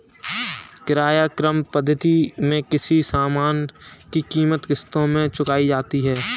किराया क्रय पद्धति में किसी सामान की कीमत किश्तों में चुकाई जाती है